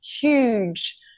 huge